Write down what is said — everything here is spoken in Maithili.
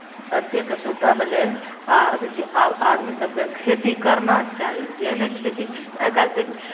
एतेक सुविधा भेलै आब जे आब आदमीसभकेँ खेती करना चाही जेहने खेती आइ काल्हि तऽ